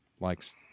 likes